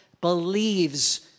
believes